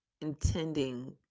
intending